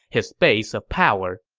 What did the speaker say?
his base of power,